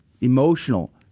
emotional